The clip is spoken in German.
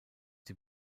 die